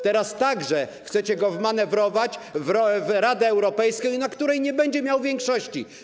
Teraz także chcecie go wmanewrować w Radę Europejską, w której nie będzie miał większości.